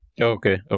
okay